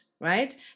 right